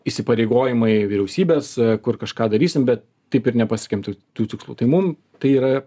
įsipareigojimai vyriausybės kur kažką darysim bet taip ir nepasiekiam tų tų tikslų tai mum tai yra